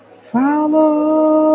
follow